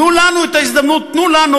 תנו לנו את ההזדמנות עכשיו,